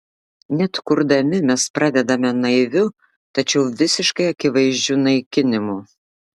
net kurdami mes pradedame naiviu tačiau visiškai akivaizdžiu naikinimu